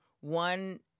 one